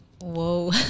Whoa